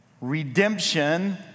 redemption